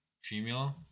female